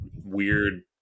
weird